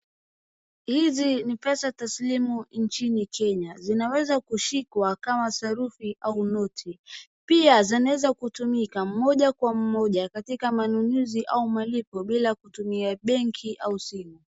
hizi ni pesa taslimu nchini kenya zinaweza kushikwa kama sarufi au noti pia zinaweza kutumika moja kwa moja katika manunuzi au malipo bila kutumia benki au simu